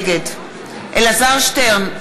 נגד אלעזר שטרן,